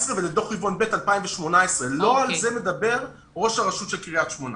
ולדוח רבעון ב' 2018. לא על זה מדבר ראש עיריית קריית שמונה.